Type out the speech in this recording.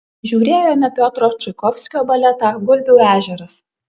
žiūrėjome piotro čaikovskio baletą gulbių ežeras